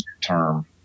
term